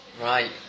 Right